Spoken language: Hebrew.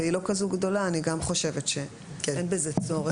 והיא לא כזו גדולה, אני גם חושבת שאין בזה צורך.